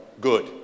good